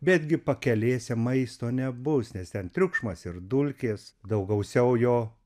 bet gi pakelėse maisto nebus nes ten triukšmas ir dulkės daug gausiau jo